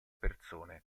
persone